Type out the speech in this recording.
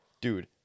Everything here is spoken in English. Dude